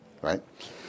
right